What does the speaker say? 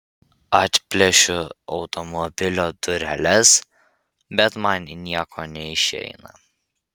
atplėšiu automobilio dureles bet man nieko neišeina